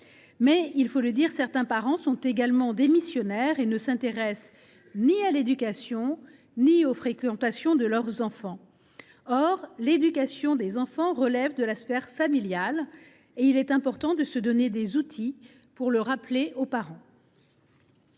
il faut le dire, certains parents sont démissionnaires et ne s’intéressent ni à l’éducation ni aux fréquentations de leurs enfants. Or l’éducation des enfants relève de la sphère familiale, et il est important de se donner des outils pour le rappeler aux parents.